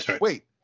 Wait